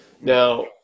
Now